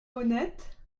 honnête